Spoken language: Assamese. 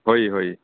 হয় হয়